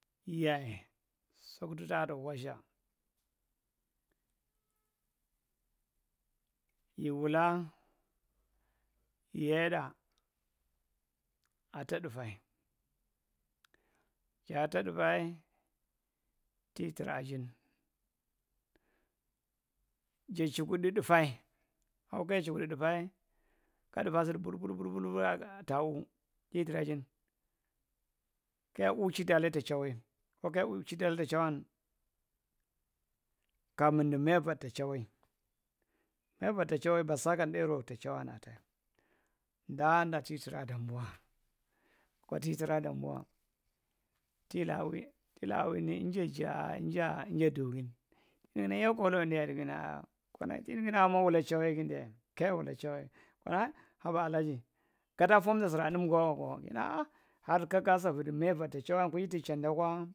Yahh soctu taata waza iwulla yiyeda ata tdifae yaata tdifae ti traa jin ja- chikuɗɗi tɗiffae ka tɗufan sidi buɗ buɗ-dan ta- uu kitra jin keya wukchiɗale tachawe akwa keya wukchiɗale tachawe akwa mindi maivaɗ ta chawae maiva ta- chawen ba sakan tddero ta chawen ath. nahanɗa ti traa a yamboa akwa ti traa a dambuwa tilaawi tila wini inja jaa inja durin kinu kana yakolo ɗiyae nigina ga tinu kina amawula chawae ge ɗiga keya wula chawae kana ahae haba alaaji gadae fomda siraa tdim’ngnae waeko kina ahahae har kakansa maivaɗ ta chawen kuji.